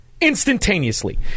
Instantaneously